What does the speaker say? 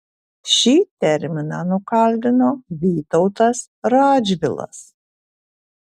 šį terminą nukaldino vytautas radžvilas